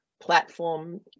platform